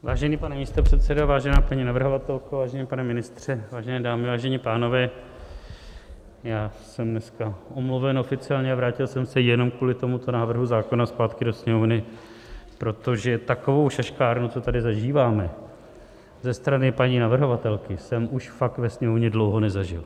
Vážený pane místopředsedo, vážená paní navrhovatelko, vážený pane ministře, vážené dámy, vážení pánové, já jsem dneska oficiálně omluven, ale vrátil jsem se jenom kvůli tomuto návrhu zákona zpátky do Sněmovny, protože takovou šaškárnu, co tady zažíváme ze strany paní navrhovatelky, jsem už fakt ve Sněmovně dlouho nezažil.